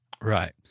Right